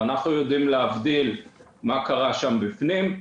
ואנחנו כן יודעים להבדיל מה קרה שם בפנים.